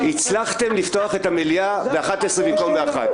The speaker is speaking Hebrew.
הצלחתם לפתוח את המליאה ב-11:00 במקום ב-13:00.